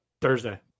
Thursday